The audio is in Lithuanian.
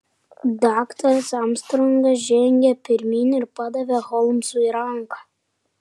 daktaras armstrongas žengė pirmyn ir padavė holmsui ranką